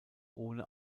ohne